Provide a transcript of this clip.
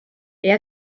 est